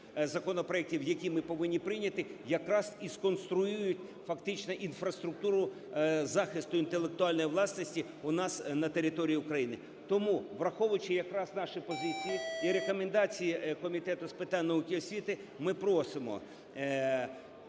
законопроектів, які ми повинні прийняти, якраз і сконструюють фактично інфраструктуру захисту інтелектуальної власності у нас на території України. Тому враховуючи якраз наші позиції і рекомендації Комітету з питань науки і освіти, ми просимо